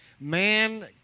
man